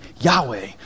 Yahweh